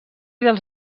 dels